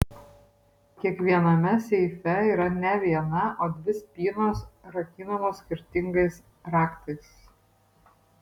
kiekviename seife yra ne viena o dvi spynos rakinamos skirtingais raktais